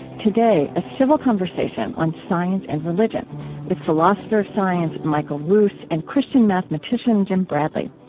today a civil conversation on science and religion with philosopher of science michael ruse and christian mathematician jim bradley.